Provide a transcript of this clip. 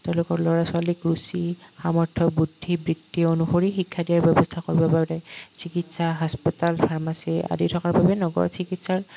তেওঁলোকৰ ল'ৰা ছোৱালীক ৰুচি সামৰ্থ্য বুদ্ধি বৃত্তি অনুসৰি শিক্ষা দিয়াৰ ব্যৱস্থা কৰিব পাৰে চিকিৎসা হাস্পতাল ফাৰ্মাচী আদি থকাৰ বাবে নগৰত চিকিৎসাৰ